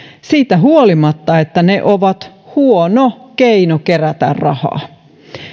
siitä huolimatta että ne ovat huono keino kerätä rahaa